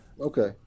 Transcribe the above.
Okay